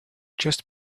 just